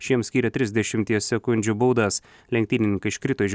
šiem skyrė trisdešimties sekundžių baudas lenktynininkai iškrito iš